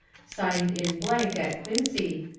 signed in blank at quincy,